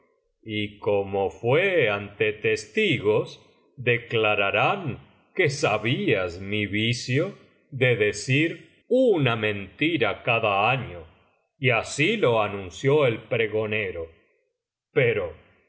y como fué ante testigos declararán que sabías mi vicio de decir una mentira cada año y así lo anunció el pregonero pero